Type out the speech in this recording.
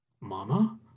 Mama